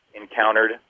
encountered